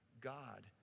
God